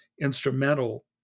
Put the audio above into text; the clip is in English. instrumental